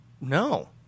no